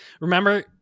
remember